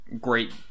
great